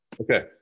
Okay